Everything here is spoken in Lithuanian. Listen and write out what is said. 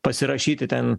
pasirašyti ten